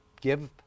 give